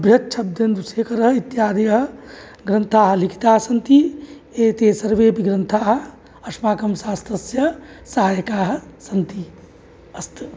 बृहच्छब्देन्दुशेखरः इत्यादयः ग्रन्थाः लिखतास्सन्ति एते सर्वेऽपि ग्रन्थाः अस्माकं शास्त्रस्य सहायकाः सन्ति अस्तु